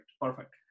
Perfect